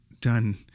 done